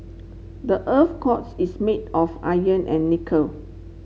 the earth's cores is made of iron and nickel